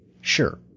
Sure